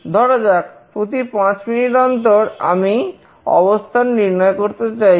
ধরা যাক প্রতি 5 মিনিট অন্তর আমি অবস্থান নির্ণয় করতে চাইছি